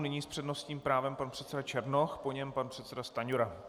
Nyní s přednostním právem pan předseda Černoch, po něm pan předseda Stanjura.